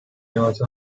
also